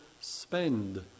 spend